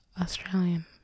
Australian